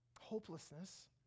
hopelessness